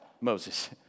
Moses